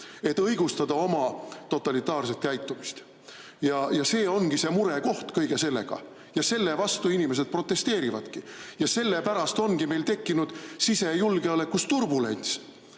et õigustada oma totalitaarset käitumist. See ongi murekoht ja kõige selle vastu inimesed protesteerivadki. Ja sellepärast ongi meil tekkinud sisejulgeolekus turbulents.